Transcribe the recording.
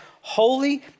holy